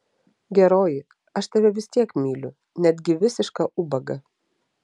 geroji aš tave vis tiek myliu netgi visišką ubagą